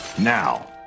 now